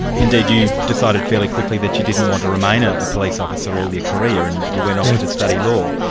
indeed you decided fairly quickly that you didn't want to remain ah a police officer all your career, and you went off to study law.